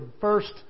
First